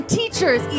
teachers